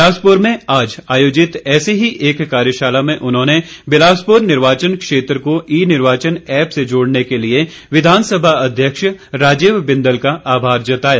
बिलासपुर में आज आयोजित ऐसी ही एक कार्यशाला में उन्होंने बिलासपुर निर्वाचन क्षेत्र को ई निर्वाचन ऐप से जोड़ने के लिए विधानसभा अध्यक्ष राजीव बिंदल का आमार जताया